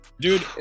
Dude